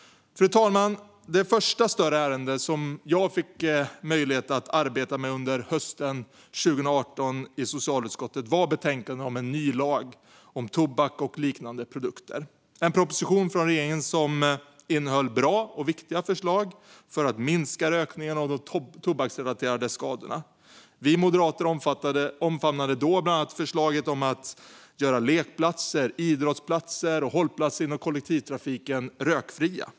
Fru talman! Det första större ärende som jag fick möjlighet att arbeta med under hösten 2018 i socialutskottet var betänkandet Ny lag om tobak och liknande produkter , där en proposition från regeringen med samma titel behandlades. Propositionen innehöll bra och viktiga förslag för att minska rökningen och de tobaksrelaterade skadorna. Vi moderater omfamnade då bland annat förslaget om att göra lekplatser, idrottsplatser och hållplatser inom kollektivtrafiken rökfria.